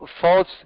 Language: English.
false